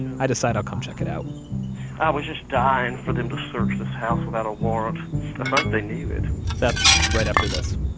i decide i'll come check it out i was just dying for them to search this house without a warrant. i think they knew it that's right after this